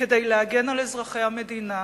כדי להגן על אזרחי המדינה,